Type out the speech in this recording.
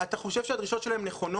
אתה חושב שהדרישות שלהם נכונות,